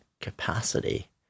capacity